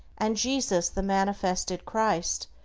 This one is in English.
and jesus, the manifested christ,